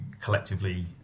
collectively